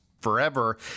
forever